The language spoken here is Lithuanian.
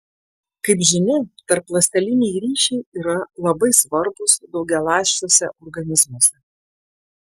kaip žinia tarpląsteliniai ryšiai yra labai svarbūs daugialąsčiuose organizmuose